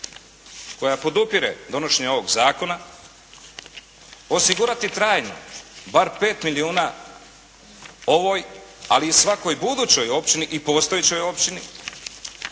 koja podupire donošenje ovoga Zakona osigurati trajno bar pet milijuna ovoj ali i svakoj budućoj općini i postojećoj općini,